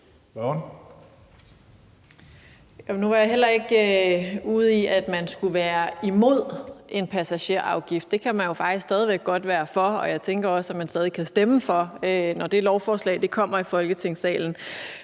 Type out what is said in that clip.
Nu var jeg heller ikke ude i, at man skulle være imod en passagerafgift. For den kan man jo faktisk stadig væk godt være for, og jeg tænker også, at man stadig kan stemme for det, når det lovforslag kommer i Folketingssalen.